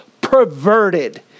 perverted